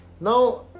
Now